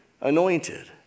Anointed